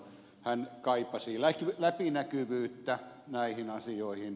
hän kaipasi läpinäkyvyyttä näihin asioihin